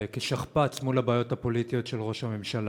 כשכפ"ץ מול הבעיות הפוליטיות של ראש הממשלה.